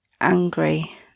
angry